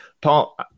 Paul